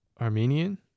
Armenian